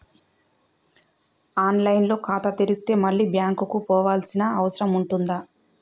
On line లో ఖాతా తెరిస్తే మళ్ళీ బ్యాంకుకు పోవాల్సిన అవసరం ఉంటుందా?